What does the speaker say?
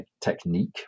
technique